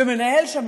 ומנהל שם,